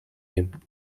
him